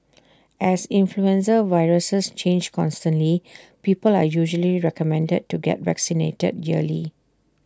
as influenza viruses change constantly people are usually recommended to get vaccinated yearly